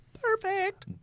Perfect